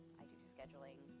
i do scheduling,